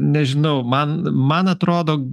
nežinau man man atrodo